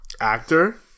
Actor